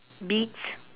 beets